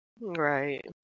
Right